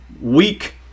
week